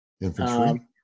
infantry